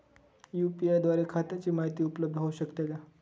UPI द्वारे खात्याची माहिती उपलब्ध होऊ शकते का?